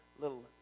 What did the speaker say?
little